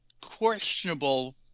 questionable